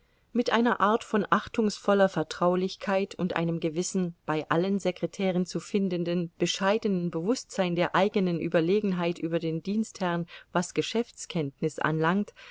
mit einer art von achtungsvoller vertraulichkeit und einem gewissen bei allen sekretären zu findenden bescheidenen bewußtsein der eigenen überlegenheit über den dienstherrn was geschäftskenntnis anlangt